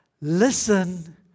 Listen